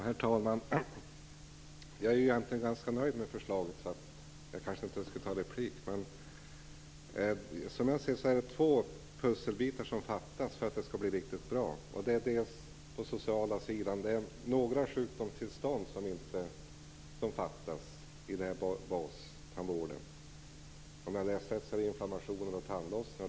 Herr talman! Jag är egentligen ganska nöjd med förslaget, så jag borde kanske inte begära replik. Jag ser emellertid två pusselbitar som fattas för att det skall bli riktigt bra på den sociala sidan. Det handlar om några sjukdomstillstånd som fattas i fråga om bastandvården. Om jag har läst rätt är det sjukdomstillstånd av typen inflammation och tandlossning.